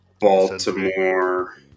Baltimore